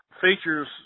features